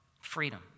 Freedom